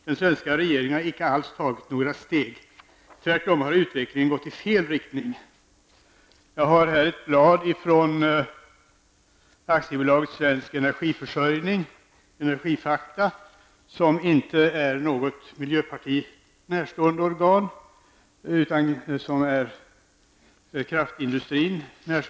Den svenska regeringen har inte alls tagit några steg, tvärtom har utvecklingen gått i fel riktning. Jag har här ett blad från AB Svensk Energiförsörjning, ''Energifakta'' -- bolaget är inte något miljöpartiet närstående organ, utan det står kraftindustrin nära.